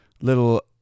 little